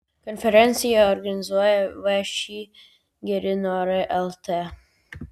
konferenciją organizuoja všį geri norai lt